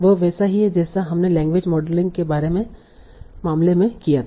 यह वैसा ही है जैसा हमने लैंग्वेज मॉडलिंग के मामले में किया था